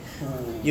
oo